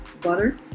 butter